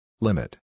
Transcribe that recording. Limit